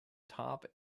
top